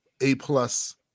A-plus